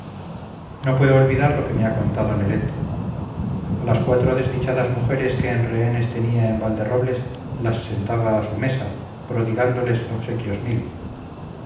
no puedo olvidar lo que me ha contado nelet a las cuatro desdichadas mujeres que en rehenes tenía en valderrobles las sentaba a su mesa prodigándoles obsequios mil